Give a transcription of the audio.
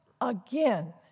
again